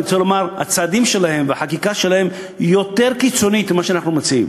הצעדים שלהם והחקיקה שלהם יותר קיצוניים ממה שאנחנו מציעים